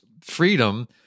freedom